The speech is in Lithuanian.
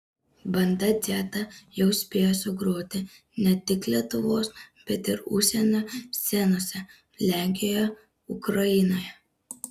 banda dzeta jau spėjo sugroti ne tik lietuvos bet ir užsienio scenose lenkijoje ukrainoje